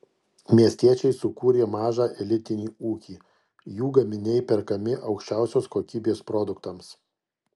miestiečiai sukūrė mažą elitinį ūkį jų gaminiai perkami aukščiausios kokybės produktams